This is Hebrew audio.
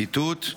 ציטוט: